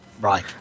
right